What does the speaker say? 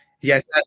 Yes